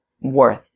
worth